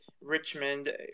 Richmond